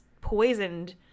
poisoned